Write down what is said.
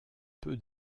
peu